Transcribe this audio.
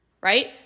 right